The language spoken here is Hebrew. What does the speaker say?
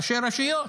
ראשי רשויות.